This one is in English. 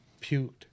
puked